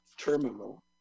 terminal